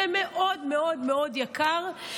זה מאוד מאוד מאוד יקר.